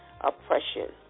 Oppression